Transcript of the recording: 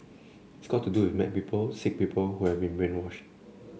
it's got to do with mad people sick people who have been brainwashed